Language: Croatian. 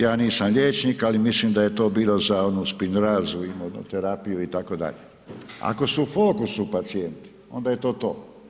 Ja nisam liječnik, ali mislim da je to bilo za onu spinrazu, imuno terapiju itd., ako su u fokusu pacijenti onda je to to.